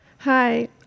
Hi